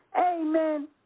Amen